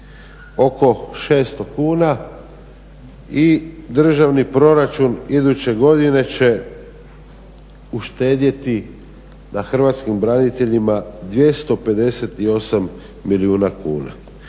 oko 600 kuna i državni proračun iduće godine će uštedjeti na hrvatskim braniteljima 258 milijuna kuna.